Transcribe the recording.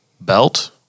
belt